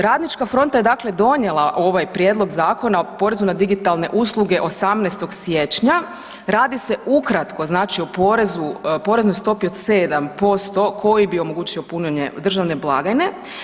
Radnička fronta je dakle donijela ovaj prijedlog Zakona o porezu na digitalne usluge 18. siječnja, radi se ukratko znači o poreznoj stopi od 7% koji bi omogućio punjenje državne blagajne.